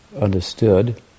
understood